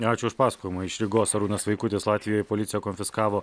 ačiū už pasakojimą iš rygos arūnas vaikutis latvijoje policija konfiskavo